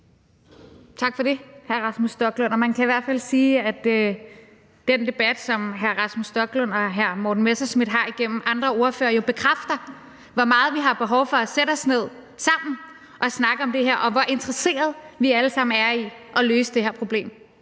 Tak for det, hr. Rasmus Stoklund. Man kan i hvert fald sige, at den debat, som hr. Rasmus Stoklund og hr Morten Messerschmidt har igennem andre ordførere jo bekræfter, hvor meget vi har behov for at sætte os ned sammen og snakke om det her, og hvor interesserede vi alle sammen er i at løse det her problem.